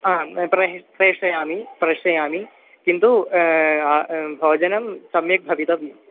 आं प्रेशय प्रेषयामि प्रेषयामि किन्तु भोजनं सम्यक् भवितव्यम्